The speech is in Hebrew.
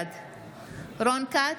בעד רון כץ,